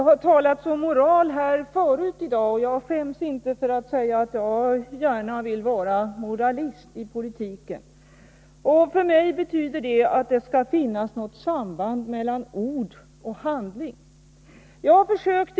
Herr talman! Det har här tidigare i dag talats om moral. Jag skäms inte för att säga att jag gärna vill vara moralist i politiken. För mig betyder det att det skall finnas ett samband mellan ord och handling.